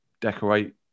decorate